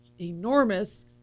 enormous